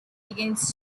against